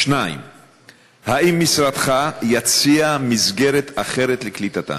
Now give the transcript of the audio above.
2. האם משרדך יציע מסגרת אחרת לקליטתם?